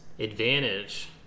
advantage